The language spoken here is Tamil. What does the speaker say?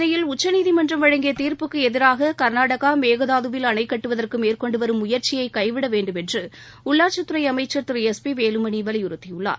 காவிரி பிரச்சினையில் உச்சநீதிமன்றம் வழங்கிய தீர்ப்புக்கு எதிராக கர்நாடகா மேகதாதுவில் அணைக் கட்டுவதற்கு மேற்கொண்டு வரும் முயற்சியை கைவிட வேண்டும் என்று உள்ளாட்சித் துறை அமைச்சர் திரு எஸ் பி வேலுமணி வலியுறுத்தியுள்ளார்